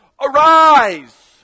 arise